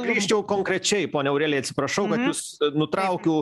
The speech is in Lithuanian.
grįžčiau konkrečiai ponia aurelija atsiprašau kad jus nutraukiau